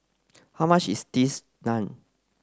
how much is these naan